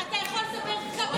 שאלת שאלה, אני יכול לענות לך.